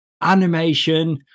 animation